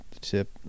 tip